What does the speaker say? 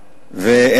הכתובה.